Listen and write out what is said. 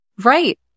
right